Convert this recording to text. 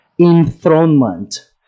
enthronement